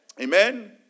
Amen